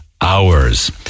hours